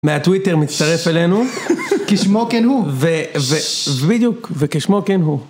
מהטוויטר מצטרף אלינו. כשמו כן הוא. בדיוק, וכשמו כן הוא.